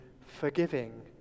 forgiving